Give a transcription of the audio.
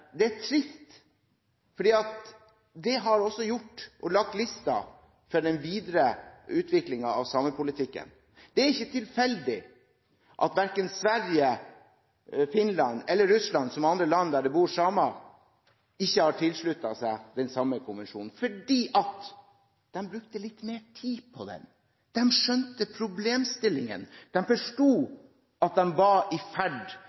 Det er trist. Det har også lagt lista for den videre utviklingen av samepolitikken. Det er ikke tilfeldig at verken Sverige, Finland eller Russland – andre land der det bor samer – har tilsluttet seg den samme konvensjonen. De brukte litt mer tid på den, de skjønte problemstillingen, de forsto at de var i ferd